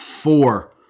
Four